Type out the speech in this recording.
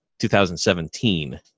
2017